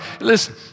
listen